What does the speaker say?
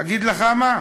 אגיד לך מה,